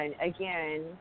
again